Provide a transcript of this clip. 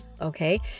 okay